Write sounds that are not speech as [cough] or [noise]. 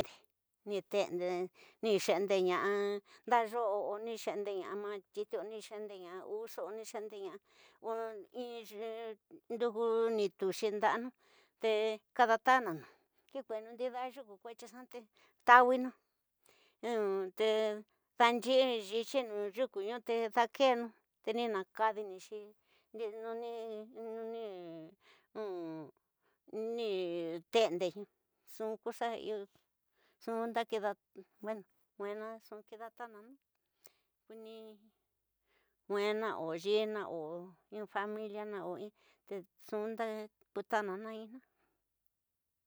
[noise] ni tende, ni xende ña'a ndayo'o o ni xende ña'a niatyti, oni xe'nde ña'a uuxu, o ni xe'ndeña o in nduju ni tuxi ndana'a te kada tanana ki kuena ndida yuku kuetyinxa te tawiniu [hesitation] te danyi yityinu yukuñu te dakenu te [hesitation] ni na kadinixi un ni tende'e ñu nxu ku nxaiyo nxu xa kida weno nwena nxu kida tanana kuni nwena o yina o in familia oin, te nxu nakutanana in in.